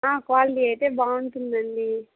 quality అయితే బాగుంటుందండి